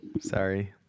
Sorry